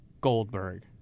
Goldberg